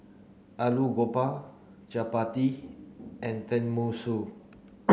Alu Goba Chapati and Tenmusu